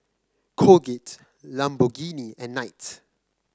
Colgate Lamborghini and Knight